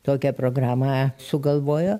tokią programą sugalvojo